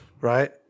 Right